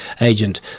agent